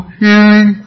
hearing